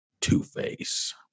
Two-Face